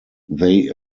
they